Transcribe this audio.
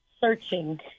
searching